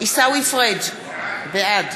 עיסאווי פריג' בעד